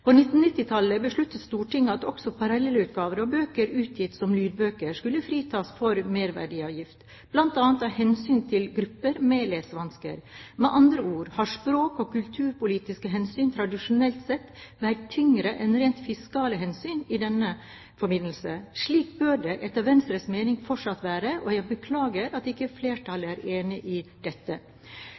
På 1990-tallet besluttet Stortinget at også parallellutgaver av bøker utgitt som lydbøker, skulle fritas for merverdiavgift, bl.a. av hensyn til grupper med lesevansker. Med andre ord har språk- og kulturpolitiske hensyn tradisjonelt sett veid tyngre enn rent fiskale hensyn i denne forbindelse. Slik bør det etter Venstre mening fortsatt være, og jeg beklager at ikke flertallet er enig i dette.